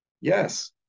Yes